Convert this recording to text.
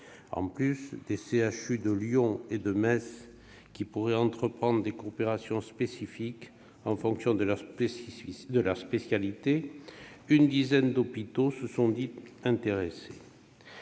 En plus des CHU de Lyon et de Metz, qui pourraient entreprendre des coopérations spécifiques en fonction de leurs spécialités, une dizaine d'hôpitaux se sont dits intéressés.